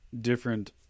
different